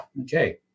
Okay